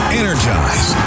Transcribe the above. energize